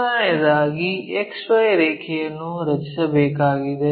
ಮೊದಲನೆಯದಾಗಿ XY ರೇಖೆಯನ್ನು ರಚಿಸಬೇಕಾಗಿದೆ